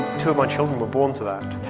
two of my children were born to that.